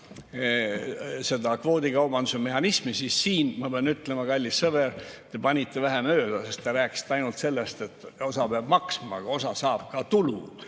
seletas kvoodikaubanduse mehhanismi. Siin ma pean ütlema, kallis sõber, et te panite vähe mööda, sest te rääkisite ainult sellest, et osa peab maksma. Aga osa saab ka tulu